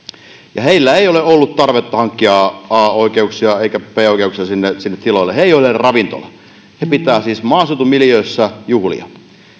ja niillä ei ole ollut tarvetta hankkia a oikeuksia eikä b oikeuksia sinne sinne tiloille ne eivät ole ravintoloita ne pitävät siis maaseutumiljöössä juhlia